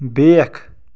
بیکھ